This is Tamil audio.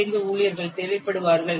5 ஊழியர்கள் தேவைப்படுவார்கள்